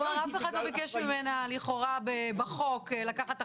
כלומר, אף אחד לא ביקש ממנה לקחת אחריות,